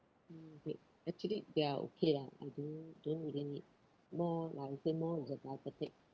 um wait actually they are okay ah I don't don't really need more like I say more the diabetic